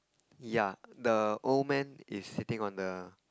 yeah the old man is sitting on the